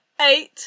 eight